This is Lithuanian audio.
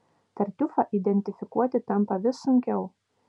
tartiufą identifikuoti tampa vis sunkiau